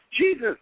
Jesus